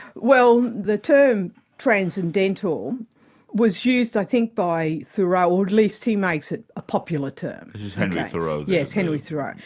well the term transcendental was used i think by thoreau, or at least he makes it a popular term. this is henry thoreau? yes, henry thoreau.